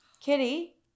Kitty